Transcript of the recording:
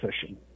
fishing